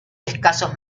escasos